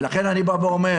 לכן אני אומר,